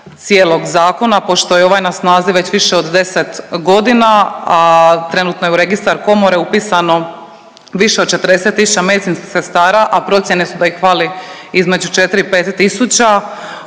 cijelog zakona pošto je ovaj na snazi već više od deset godina, a trenutno je u registar komore upisano više od 40 tisuća medicinskih sestara, a procjene su da ih fali između četri